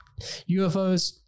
UFOs